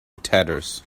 tatters